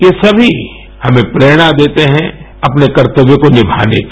ये सभी हमें प्रेरणा देते हैं अपने कर्तेव्यों को निर्माने की